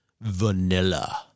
vanilla